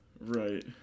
Right